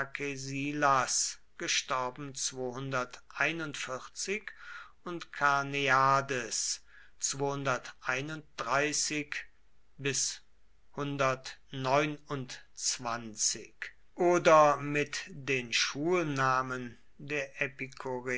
k und karneades oder mit den schulnamen der